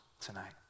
tonight